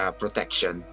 protection